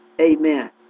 amen